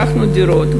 לקחנו דירות.